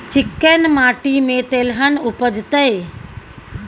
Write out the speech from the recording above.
चिक्कैन माटी में तेलहन उपजतै?